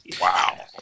Wow